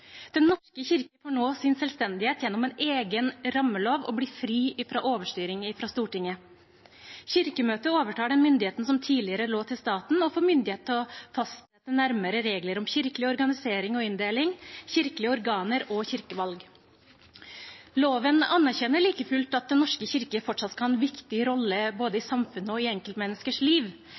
Den norske kirke får nå sin selvstendighet gjennom en egen rammelov og blir fri fra overstyring fra Stortinget. Kirkemøtet overtar den myndigheten som tidligere lå til staten, og får myndighet til å fastsette nærmere regler om kirkelig organisering og inndeling, kirkelige organer og kirkevalg. Loven anerkjenner like fullt at Den norske kirke fortsatt skal ha en viktig rolle både i samfunnet og i enkeltmenneskers liv.